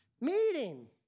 Meeting